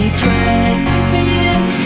driving